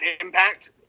impact